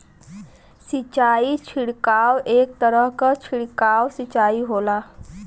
सिंचाई छिड़काव एक तरह क छिड़काव सिंचाई होला